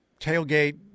tailgate